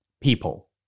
people